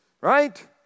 Right